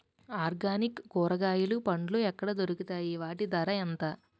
Organic కూరగాయలు పండ్లు ఎక్కడ దొరుకుతాయి? వాటి ధర ఎంత?